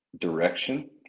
direction